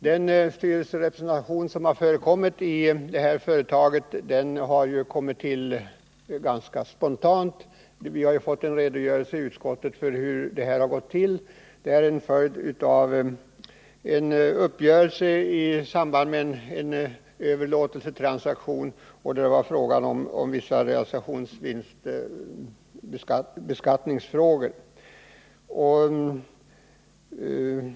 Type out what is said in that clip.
Den statliga styrelserepresentation som tidigare har förekommit i företagets dotterbolag har kommit till ganska spontant — vi har i utskottet fått en redogörelse för hur det gick till. Representationen tillkom i samband med en överlåtelsetransaktion där det var fråga om vissa realisationsvinstbeskattningsfrågor.